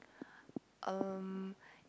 um